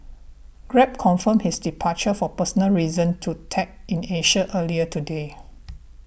grab confirmed his departure for personal reasons to Tech in Asia earlier today